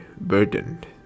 burdened